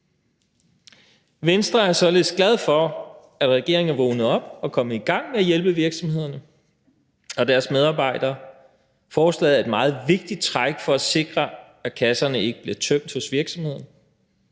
Venstre er således glad for, at regeringen er vågnet op og er kommet i gang med at hjælpe virksomhederne og deres medarbejdere. Forslaget er et meget vigtigt træk for at sikre, at kasserne ikke bliver tømt hos virksomhederne,